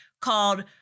called